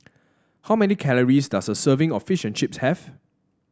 how many calories does a serving of Fish and Chips have